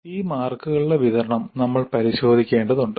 ഈ മാർക്കുകളുടെ വിതരണം നമ്മൾ പരിശോധിക്കേണ്ടതുണ്ട്